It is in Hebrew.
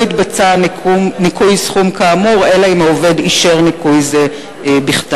לא יתבצע ניכוי סכום כאמור אלא אם העובד אישר ניכוי זה בכתב.